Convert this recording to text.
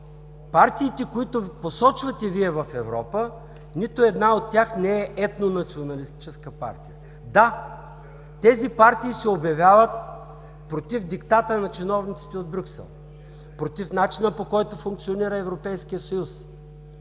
партиите, които посочвате Вие в Европа, нито една от тях не е етнонационалистическа партия. Да, тези партии се обявяват против диктата на чиновниците от Брюксел, против начина, по който функционира Европейският съюз.